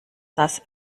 das